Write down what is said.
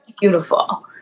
beautiful